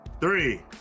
Three